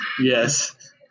Yes